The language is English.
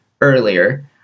earlier